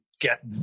get